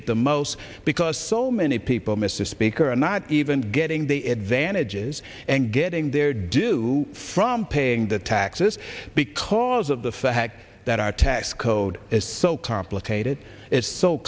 it the most because so many people mr speaker are not even getting the advantages and getting their due from paying the taxes because of the fact that our tax code is so complicated it's so